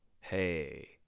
Hey